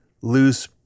loose